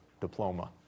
diploma